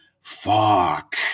fuck